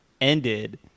ended